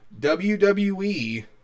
WWE